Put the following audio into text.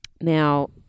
Now